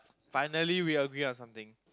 finally we agree on something